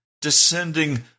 descending